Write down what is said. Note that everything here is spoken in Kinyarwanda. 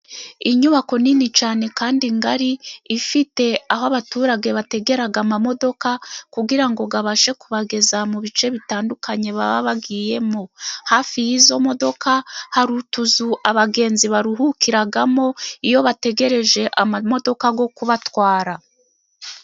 Inyubako nini cyane kandi ngari, ifite aho abaturage bategera amamodoka kugira ngo abashe kubageza mu bice bitandukanye, baba bagiyemo. Hafi y'izo modoka, hari utuzu abagenzi baruhukiramo, iyo bategereje amamodoka yo kubatwara.